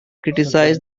criticized